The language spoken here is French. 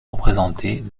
représenter